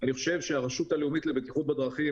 למעשה אתה הנחת איזו הנחה שלפיה נכון